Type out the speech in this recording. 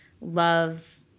love